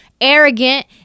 arrogant